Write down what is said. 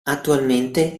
attualmente